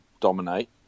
dominate